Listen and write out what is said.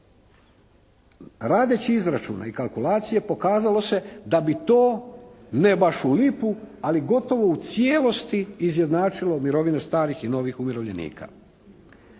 Radeći izračune i kalkulacije pokazalo se da bi to ne baš u lipu, ali gotovo u cijelosti izjednačilo mirovinu starih i novih umirovljenika.